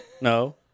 no